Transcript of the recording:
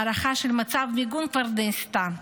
הערכה של מצב המיגון כבר נעשתה,